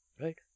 Right